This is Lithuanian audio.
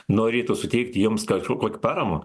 norėtų suteikti jiems kažkokią paramą